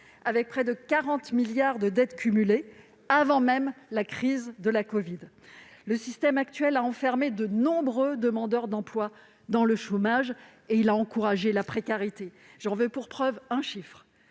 avec près de 40 milliards d'euros de dettes cumulées avant même la crise de la covid. Le système actuel a enfermé de nombreux demandeurs d'emploi dans le chômage, et il a encouragé la précarité. J'en veux pour preuve un seul chiffre